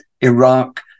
Iraq